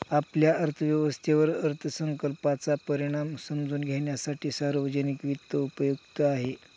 आपल्या अर्थव्यवस्थेवर अर्थसंकल्पाचा परिणाम समजून घेण्यासाठी सार्वजनिक वित्त उपयुक्त आहे